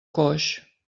coix